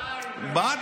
די, נו, באמת.